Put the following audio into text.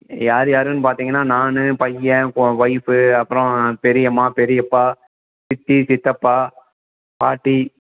யார் யாருன்னு பார்த்தீங்கன்னா நான் பையன் கோ வைஃபு அப்புறம் பெரியம்மா பெரியப்பா சித்தி சித்தப்பா பாட்டி